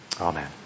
Amen